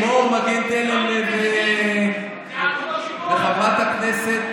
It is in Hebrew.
הינה, לימור מגן תלם וחברת הכנסת,